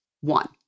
One